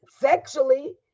sexually